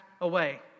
away